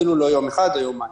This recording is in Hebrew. אפילו לא יום אחד או יומיים.